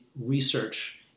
research